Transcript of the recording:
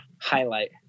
highlight